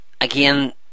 Again